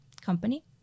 company